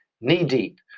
knee-deep